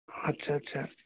আচ্ছা আচ্ছা